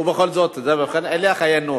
ובכל זאת, אלה חיינו.